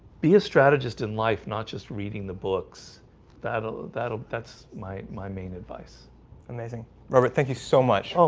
be a strategist in life not just reading the books that'll that'll that's my my main advice amazing robert. thank you so much. um